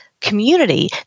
community